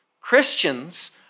Christians